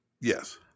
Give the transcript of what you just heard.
Yes